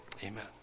Amen